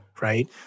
right